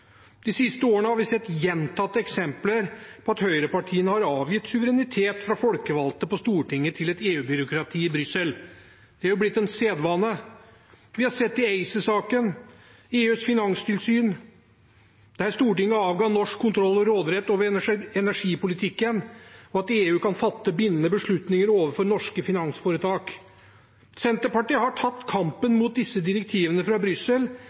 De siste årene har vi sett gjentatte eksempler på at høyrepartiene har avgitt suverenitet fra folkevalgte på Stortinget til et EU-byråkrati i Brussel. Det har blitt en sedvane. Vi har sett det i ACER-saken og med EUs finanstilsyn, der Stortinget avga norsk kontroll og råderett over energipolitikken og EU kan fatte bindende beslutninger overfor norske finansforetak. Senterpartiet har tapt kampen mot disse direktivene fra Brussel.